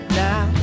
now